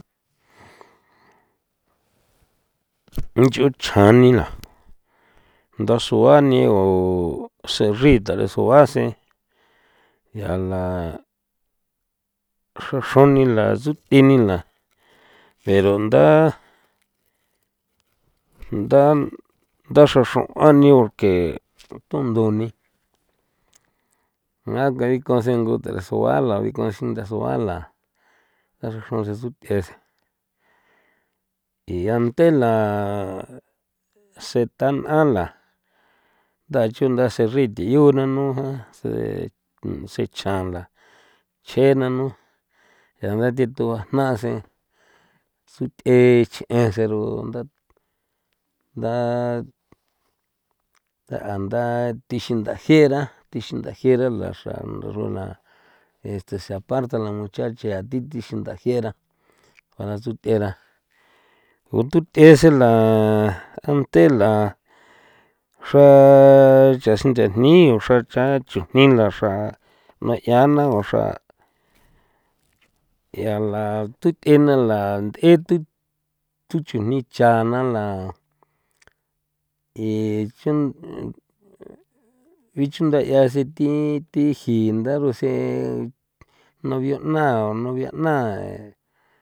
nch'u chjan ni la ndasua nigo sen nchri taresua sen ya la xra xran ni la tsuth'i ni la pero nda nda ndaxra xraꞌuan ni porke tundo ni na tedikon sen ngu taresua la dikonꞌ a xinda ndasua la xraxaraon sen sen 'ian tela an setan n'a la nda chunda sen nchri nthi yu nanu jan se sechjan la chje nanu ya ndathi thua jna sen suthꞌe chje sen rugunda nda nda thixin nthajera thixin nthajera la ndaxra runa este se aparta la muchacha ya thi thixin nthajera a la tsuthꞌera ututhꞌe sen la ante la xra chaxin nchejni uxra cha chujni la xra nuꞌe 'ia na o xra ya la tuthꞌe na la nt'e thu thu chujni cha na la y chun bichunda 'ian sen thi thi jinda rusen novio 'na o novia 'na.